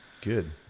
good